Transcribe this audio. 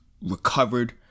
recovered